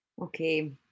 okay